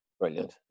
Brilliant